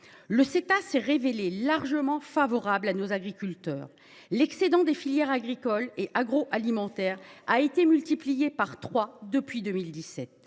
Le Ceta s’est révélé être largement favorable à nos agriculteurs. L’excédent des filières agricoles et agroalimentaires a été multiplié par trois depuis 2017.